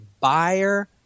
buyer